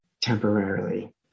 temporarily